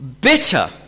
bitter